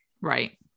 right